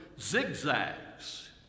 zigzags